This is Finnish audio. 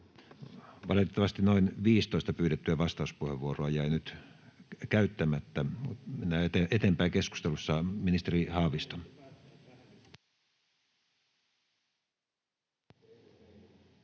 Valitettavasti noin 15 pyydettyä vastauspuheenvuoroa jäi nyt käyttämättä. Mennään eteenpäin keskustelussa. — Ministeri Haavisto.